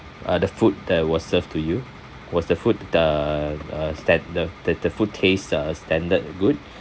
uh the food that was served to you was the food the uh stan~ the the food taste uh standard good